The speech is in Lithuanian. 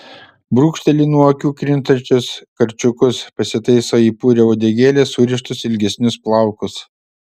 brūkšteli nuo akių krintančius karčiukus pasitaiso į purią uodegėlę surištus ilgesnius plaukus